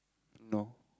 no